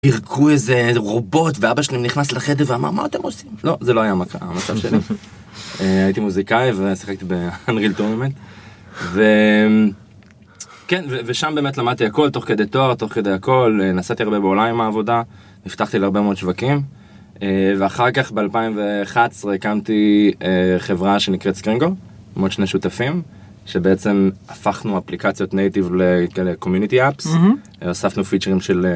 אירקו איזה רובוט ואבא שלי נכנס לחדר ואמר מה אתם עושים? לא זה לא היה המצב שלי, הייתי מוזיקאי ושיחקתי באנריל טורנמנט וכן ושם באמת למדתי הכל תוך כדי תואר, תוך כדי הכל, נסעתי הרבה באולי עם העבודה, נפתחתי להרבה מאוד שווקים ואחר כך ב-2011 היקמתי חברה שנקראת סקרינגו, עם עוד שני שותפים שבעצם הפכנו אפליקציות נייטיב לכאלה קומיוניטי אפס, הוספנו פיצ'רים של...